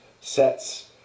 sets